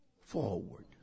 forward